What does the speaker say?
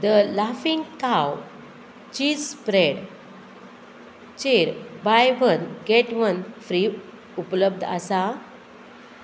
the Laughing Cow cheese spread चेर buy one get one free उपलब्ध आसा